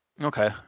Okay